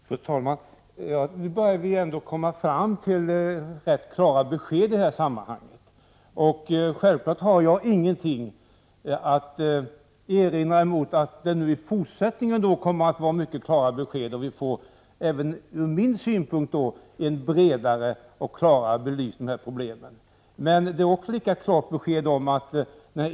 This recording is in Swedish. Fru talman! Nu börjar vi ändå komma fram till rätt klara besked i sammanhanget. Självfallet har jag ingenting att erinra mot att verket i fortsättningen kommer att få mycket klara besked. Vi får en även från min synpunkt bredare och klarare belysning av dessa problem.